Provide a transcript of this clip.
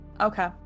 Okay